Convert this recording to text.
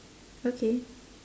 okay